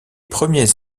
premiers